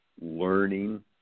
learning